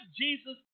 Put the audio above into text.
Jesus